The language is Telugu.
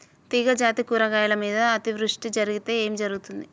తీగజాతి కూరగాయల మీద అతివృష్టి జరిగితే ఏమి జరుగుతుంది?